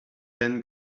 ken